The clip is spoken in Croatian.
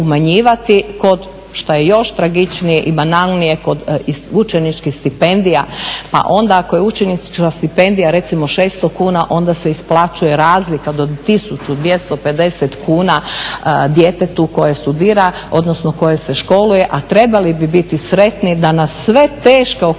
kod šta je i još tragičnije i banalnije kod učeničkih stipendija. Pa onda ako je učenička stipendija recimo 600 kuna onda se isplaćuje razlika do 1250 kuna djetetu koje studira, odnosno koje se školuje a trebali bi biti sretni da na sve teške okolnosti